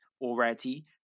already